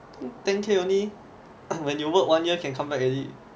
ten k only when you work one year can come back already